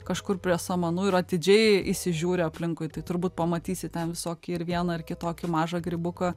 kažkur prie samanų ir atidžiai įsižiūri aplinkui tai turbūt pamatysi ten visokį ir vieną ar kitokį mažą grybuką